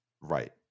Right